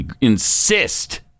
insist